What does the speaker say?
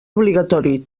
obligatori